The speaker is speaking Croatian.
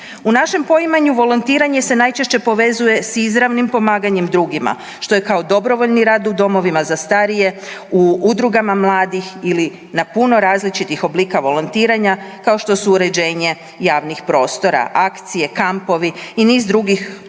U našem poimanju volontiranje se najčešće povezuje s izravnim pomaganjem drugima, što je kao dobrovoljni rad u domovina za starije, u udrugama mladih ili na puno različitih oblika volontiranja kao što su uređenje javnih prostora, akcije, kampovi i niz drugih